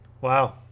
Wow